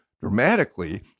dramatically